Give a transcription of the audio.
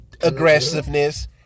aggressiveness